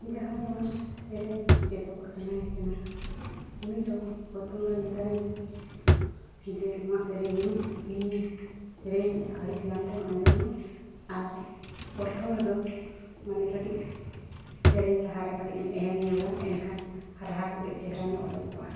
ᱡᱟᱦᱟᱸᱭ ᱡᱮᱢᱚᱱ ᱥᱮᱨᱮᱧ ᱪᱮᱫᱚᱜᱚᱜ ᱥᱟᱱᱟᱭᱮ ᱠᱟᱱᱟ ᱩᱱᱤ ᱫᱚ ᱯᱨᱚᱛᱷᱚᱢ ᱨᱮ ᱢᱮᱛᱟᱭ ᱢᱮ ᱡᱮ ᱱᱚᱣᱟ ᱥᱮᱨᱮᱧᱤᱧ ᱤᱧ ᱥᱮᱨᱮᱧᱮᱜᱼᱟ ᱟᱹᱰᱤ ᱫᱷᱮᱭᱟᱱᱛᱮᱢ ᱟᱸᱡᱚᱢᱟ ᱟᱨ ᱯᱨᱚᱛᱷᱚᱢ ᱨᱮᱫᱚ ᱢᱟᱱᱮ ᱠᱟᱹᱴᱤᱡᱽ ᱥᱮᱨᱮᱧ ᱞᱟᱦᱟᱨᱮ ᱠᱟᱹᱴᱤᱡᱽ ᱮᱢ ᱮᱦᱮᱢ ᱧᱚᱜᱟ ᱮᱱᱠᱷᱟᱱ ᱨᱟᱦᱟ ᱠᱚ ᱠᱟᱺᱪ ᱪᱮᱦᱨᱟ ᱧᱚᱜ ᱚᱰᱳᱠᱚᱜᱼᱟ